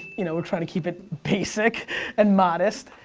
you know, we'll try to keep it basic and modest.